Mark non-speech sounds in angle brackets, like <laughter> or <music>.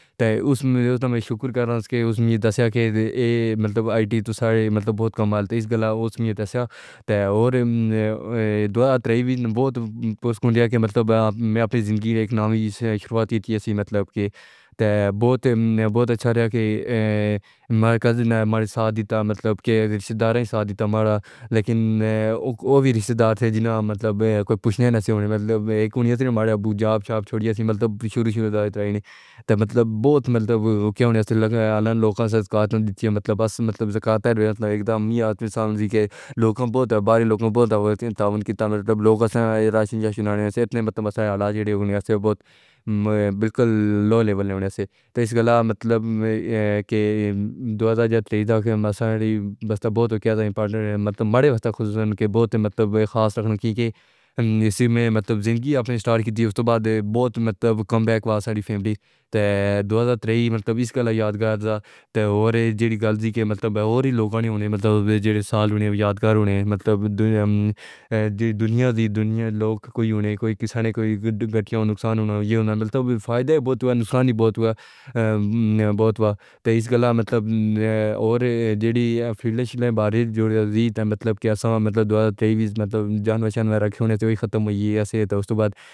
تے اُس میں اُس نے شکر گزار رہا ہوں اس کے اس میں دسیا کے مطلب آئی ٹی سارے مطلب بہت کمال تھے اس گلا۔ اس میں دسیا تے اور اے دوہزار تائیس بھی بہت اس کے مطلب ہے میں اپنی زندگی ایک نئی شروعات کی تھی۔ <hesitation> مطلب کے تے بہت بہت اچھا رہا کہ امریکہ نے ہمارے ساتھ دیۃ مطلب کے رشتہ دار سادے تمہارا لیکن وہ بھی رشتہ دار تھے جنہیں مطلب کچھ پوچھنے نہ سونے مطلب ایک ہی نہ ہمارے ابو جاپ چھاپ چھوڑی تھی۔ <hesitation> مطلب شروع سے ہی مطلب بہت مطلب ہو گیا ہونا لگا ہے ان لوگوں سے مطلب اس مطلب سے کہ ان لوکوں بہت باری لوگوں بہت سارے لوگ سننے والے نہیں ہیں۔ اتنے مطلب سارے حالات بہت بلکل لاؤ لیویز میں سے صرف مطلب یہ ہے کہ دو ہزار تائیس کے میں بہت کیا تھا۔ پارٹنر ہے۔ <hesitation> مطلب ہمارے مطلب بہت مطلب خواہش رکھنے والی سی مطلب زندگی اپنی سٹار کی تھی۔ اس کے بعد بہت مطلب کم بیک واس آلی فیملی تے دو ہزار تائیس مطلب اس گلا یادگار تھا۔ اور یہ گالہ کے مطلب ہیں اور بھی لوگوں نے <unintelligible> دیر سال ہونے یادگار ہونے مطلب دنیا دی دنیا لوک کوئی ہونے کوئی کسان ہے، کوئی نہ ہو نقصان ہونا یہ مطلب فائدہ بہت ہوا، نقصان بہت ہوا بہت ہوا تے اس گلا مطلب اور جڑی ہے۔ بہار جو مطلب کیا سا مطلب دوسرے مطلب جانے لگے تو ختم ہوئی اسے تودھ بعد۔